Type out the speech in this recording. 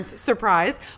Surprise